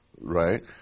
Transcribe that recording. Right